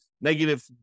negative